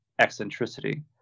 eccentricity